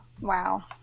Wow